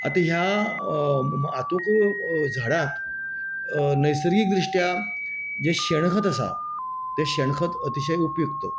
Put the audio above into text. आतां ह्या हातूंक झाडाक नैसर्गीक दृश्ट्या जे शेण खत आसा तें शेण खत अतिशय उपयूक्त